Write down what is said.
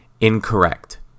incorrect